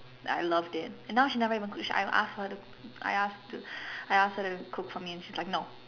I loved it and now she never even cooks I ask her I ask to I ask her to cook for me and she's like no